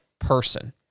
Person